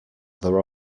there